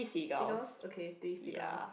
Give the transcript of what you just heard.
seagulls okay three seagulls